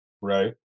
Right